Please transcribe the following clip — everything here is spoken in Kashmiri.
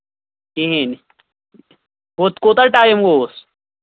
کِہیٖنۍ نہٕ ہُتھ کوٗتاہ ٹایم گوٚوُس